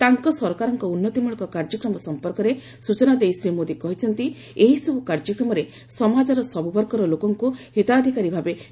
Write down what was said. ତାଙ୍କ ସରକାରଙ୍କ ଉନ୍ନତିମଳକ କାର୍ଯ୍ୟକ୍ରମ ସମ୍ପର୍କରେ ସୂଚନା ଦେଇ ଶ୍ରୀ ମୋଦି କହିଛନ୍ତି ଏହିସର୍ କାର୍ଯ୍ୟକ୍ରମରେ ସମାଜର ସବୁବର୍ଗର ଲୋକଙ୍କୁ ହିତାଧିକାରୀ ଭାବେ ବିବେଚନା କରାଯାଇଛି